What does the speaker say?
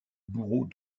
bourreau